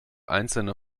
einzelne